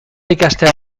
ikastea